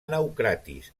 naucratis